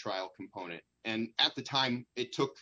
trial component and at the time it took